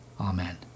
amen